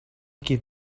give